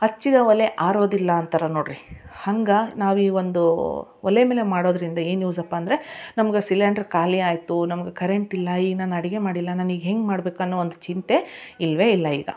ಹಚ್ಚಿದ ಒಲೆ ಆರೋದಿಲ್ಲ ಅಂತಾರ ನೋಡಿರಿ ಹಾಗೆ ನಾವು ಈ ಒಂದು ಒಲೆ ಮೇಲೆ ಮಾಡೋದರಿಂದ ಏನು ಯೂಸ್ ಅಪ್ಪ ಅಂದರೆ ನಮ್ಗೆ ಸಿಲೆಂಡ್ರ್ ಖಾಲಿ ಆಯಿತು ನಮ್ಗೆ ಕರೆಂಟ್ ಇಲ್ಲ ಈಗ ನಾನು ಅಡುಗೆ ಮಾಡಿಲ್ಲ ನಾನೀಗ ಹೇಗ್ ಮಾಡ್ಬೇಕು ಅನ್ನೋ ಒಂದು ಚಿಂತೆ ಇಲ್ಲವೇ ಇಲ್ಲ ಈಗ